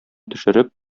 төшереп